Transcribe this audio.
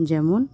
যেমন